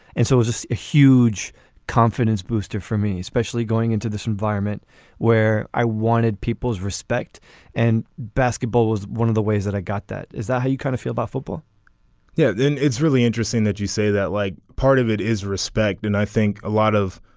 and so was just a huge confidence booster for me especially going into this environment where i wanted people's respect and basketball was one of the ways that i got that. is that how you kind of feel about football yeah. and it's really interesting that you say that like part of it is respect and i think a lot of